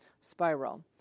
spiral